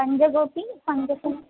पञ्चकोपि पञ्चस